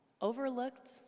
overlooked